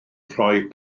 rhoi